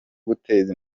guteza